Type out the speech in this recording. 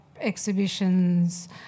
exhibitions